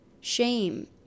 shame